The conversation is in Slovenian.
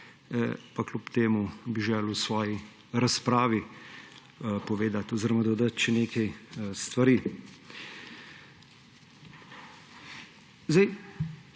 pa kljub temu bi želel v svoji razpravi povedati oziroma dodati še nekaj stvari. Ta